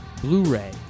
Blu-ray